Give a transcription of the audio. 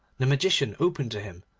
the magician opened to him,